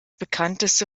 bekannteste